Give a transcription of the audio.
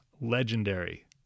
legendary